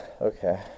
Okay